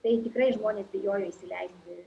tai tikrai žmonės bijojo įsileisti